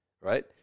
Right